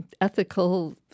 ethical